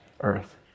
earth